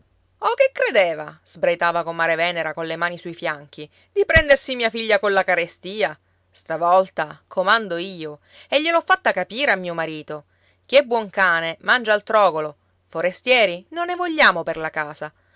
o che credeva sbraitava comare venera colle mani sui fianchi di prendersi mia figlia colla carestia stavolta comando io e gliel'ho fatta capire a mio marito chi è buon cane mangia al trogolo forestieri non ne vogliamo per la casa